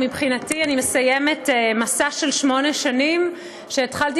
מבחינתי אני מסיימת מסע של שמונה שנים שהתחלתי